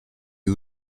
you